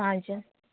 हजुर